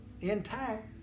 intact